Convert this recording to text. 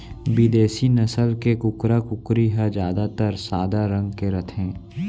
बिदेसी नसल के कुकरा, कुकरी ह जादातर सादा रंग के रथे